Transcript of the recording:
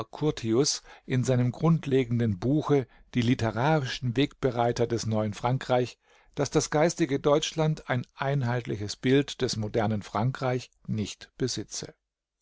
curtius in seinem grundlegenden buche die literarischen wegbereiter des neuen frankreich daß das geistige deutschland ein einheitliches bild des modernen frankreich nicht besitze